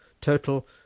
Total